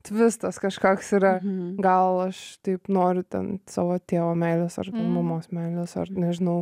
tvistas kažkoks yra gal aš taip noriu ten savo tėvo meilės artumo meilės ar nežinau